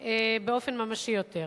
באופן ממשי יותר.